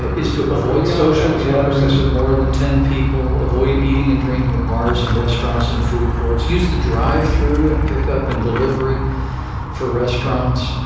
is to. but social gatherings of more than ten people, avoid eating and drinking at bars and restaurants and food courts, use the drive-through and pickup and delivery for restaurants,